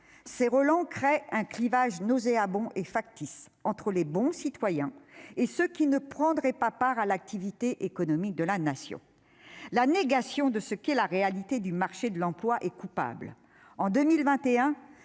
Ces relents créent un clivage nauséabond et factice entre les bons citoyens et ceux qui ne prendraient pas leur part à l'activité économique de la Nation. La négation de ce qu'est la réalité du « marché de l'emploi » est coupable.